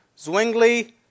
Zwingli